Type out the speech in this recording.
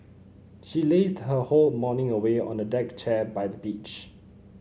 she lazed her whole morning away on a deck chair by the beach